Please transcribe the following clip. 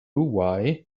why